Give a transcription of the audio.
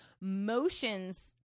motions